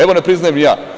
Evo, ne priznajem ni ja.